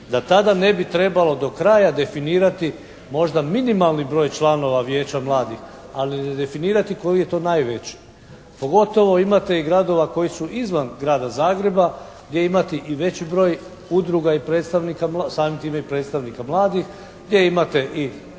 da tada ne bi trebalo do kraja definirati možda minimalni broj članova vijeća mladih, ali definirati koji je to najveći. Pogotovo imate i gradova koji su izvan grada Zagreba gdje imate i veći broj udruga i samim time predstavnika mladih, gdje imate i